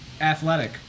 athletic